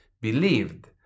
believed